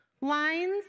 lines